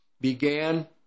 began